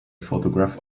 photograph